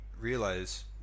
realize